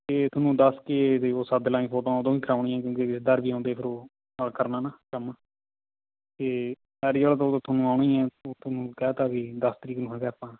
ਅਤੇ ਤੁਹਾਨੂੰ ਦੱਸ ਕੇ ਅਤੇ ਉਹ ਸੱਦ ਲਾਂਗੇ ਫੋਟੋਆਂ ਉਦੋਂ ਵੀ ਕਰਵਾਉਣੀਆਂ ਕਿਉਂਕਿ ਰਿਸ਼ਤੇਦਾਰ ਵੀ ਆਉਂਦੇ ਫਿਰ ਉਹ ਕਰਨਾ ਨਾ ਕੰਮ ਅਤੇ ਮੈਰਿਜ ਵਾਲਾ ਪ੍ਰੋਗਰਾਮ ਤਾਂ ਤੁਹਾਨੂੰ ਆਉਣਾ ਹੀ ਹੈ ਉਹ ਤੁਹਾਨੂੰ ਕਹਿ ਤਾ ਵੀ ਦਸ ਤਰੀਕ ਨੂੰ ਹੈਗਾ ਆਪਾਂ